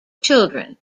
children